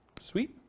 Sweet